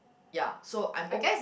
ya so I'm o~